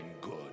good